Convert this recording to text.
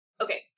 Okay